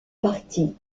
partie